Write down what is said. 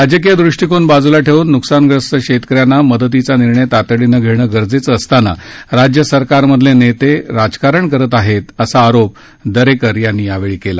राजकीय दृष्टिकोन बाजुला ठेवून नुकसानग्रस्त शेतकऱ्यांना मदतीचा निर्णय तातडीनं घेणं गरजेचं असताना राज्य सरकारमधले नेते राजकारण करत आहेत असा आरोप दरेकर यांनी यावेळी केला